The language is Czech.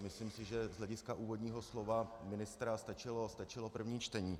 Myslím si, že z hlediska úvodního slova ministra stačilo první čtení.